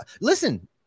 listen